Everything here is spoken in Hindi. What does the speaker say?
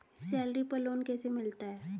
सैलरी पर लोन कैसे मिलता है?